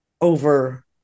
over